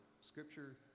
scripture